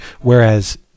whereas